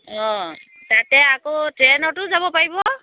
অঁ তাতে আকৌ ট্ৰেইনতো যাব পাৰিব